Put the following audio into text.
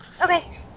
Okay